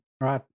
right